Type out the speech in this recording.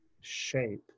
shape